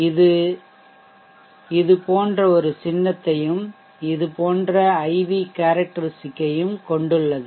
இது இது போன்ற ஒரு சின்னத்தையும் இது போன்ற IV கேரெக்டெரிஸ்ட்டிக் ஐயும் கொண்டுள்ளது